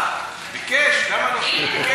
ביקש, למה לא?